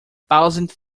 thousand